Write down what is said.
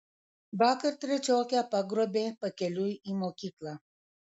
vakar trečiokę pagrobė pakeliui į mokyklą